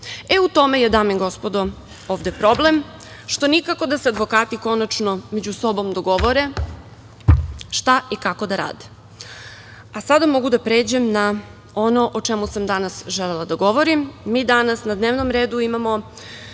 U tome je, dame i gospodo, ovde problem, što nikako da se advokati konačno među sobom dogovore šta i kako da rade. Sada mogu da pređem na ono o čemu sam danas želela da govorim. Mi danas na dnevnom redu imamo